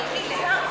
כשנהיה שבדיה,